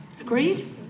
agreed